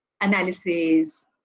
analysis